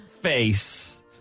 face